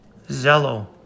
Zello